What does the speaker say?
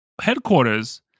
headquarters